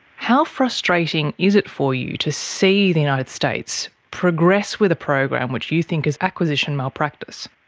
how frustrating is it for you to see the united states progress with a program which you think is acquisition malpractice?